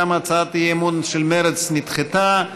גם הצעת האי-אמון של מרצ נדחתה.